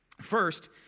First